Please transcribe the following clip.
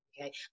Okay